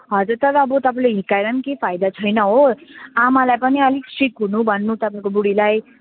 हजुर तर अब तपाईँले हिर्काएर पनि केही फाइदा छैन हो आमालाई पनि अलिक स्ट्रिक हुनु भन्नु तपाईँको बुडीलाई